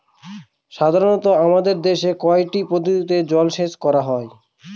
সাধারনত আমাদের দেশে কয়টি পদ্ধতিতে জলসেচ করা হয়?